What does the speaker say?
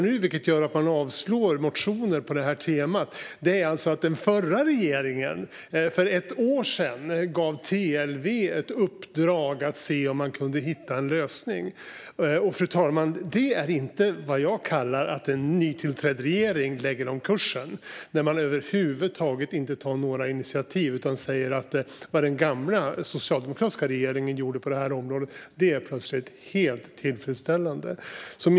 Nu avslår man motioner på det här temat och pekar på att den förra regeringen för ett år sedan gav TLV ett uppdrag att se om man kunde hitta en lösning. Det, fru talman, är inte vad jag kallar att en nytillträdd regering lägger om kursen. Man tar över huvud taget inte några initiativ utan säger att det som den gamla socialdemokratiska regeringen gjorde på det här området, det är plötsligt helt tillfredsställande.